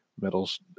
Metals